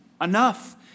Enough